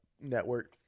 Network